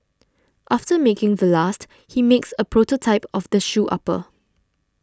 after making the last he makes a prototype of the shoe upper